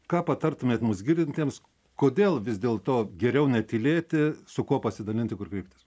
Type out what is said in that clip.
ką patartumėt mus girdintiems kodėl vis dėlto geriau netylėti su kuo pasidalinti kur kreiptis